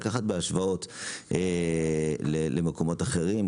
לקחת בהשוואות למקומות אחרים.